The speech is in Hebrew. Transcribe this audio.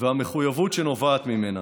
ואת המחויבות שנובעת ממנה.